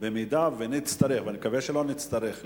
במידה שנצטרך,